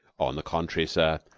on the contrary, sir.